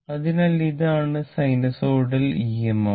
അതിനാൽ ഇതാണ് sinusoidal EMF